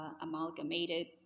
amalgamated